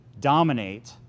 dominate